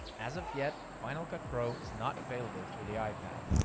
as of yet, final cut pro is not available for the ipad.